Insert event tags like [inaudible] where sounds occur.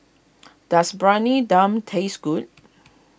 does [unintelligible] Dum taste good